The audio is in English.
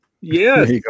Yes